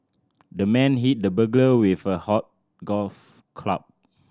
the man hit the burglar with a hot golf club